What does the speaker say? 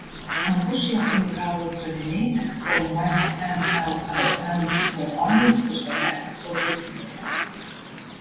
abu šie unikalūs radiniai eksponuojami mllm maironiui skirtoje ekspozicijoje